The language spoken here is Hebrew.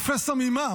כפסע ממה?